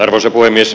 arvoisa puhemies